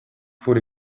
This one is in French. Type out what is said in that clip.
faut